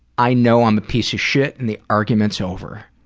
i know i'm a piece of shit and the argument's over.